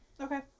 Okay